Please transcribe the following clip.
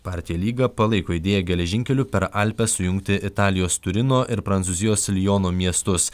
partija lyga palaiko idėją geležinkeliu per alpes sujungti italijos turino ir prancūzijos liono miestus